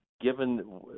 given